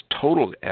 total